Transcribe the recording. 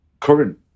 current